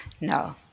No